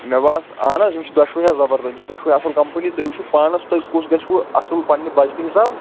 مےٚ باس اَہَن حظ یِم چھِ دۄشوَے حظ زَبَردَست یِم چھِ دۄشوَے اصٕل کَمپٔنی تُہۍ وُچھو پانَس تۄہہِ کُس گَژھِوٕ اصٕل پننہِ بَجٹہٕ حِساب